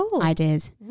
ideas